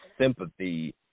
sympathy